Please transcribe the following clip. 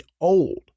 old